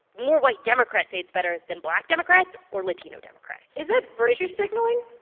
more white democrats say it's better than black democrats or latino democrats is that virtue signaling?